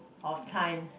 of time